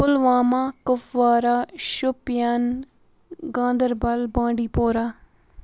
Pulwama Kupwara Shopian Ganderbal بانٛڈی پورہ